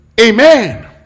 amen